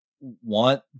want